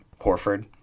Horford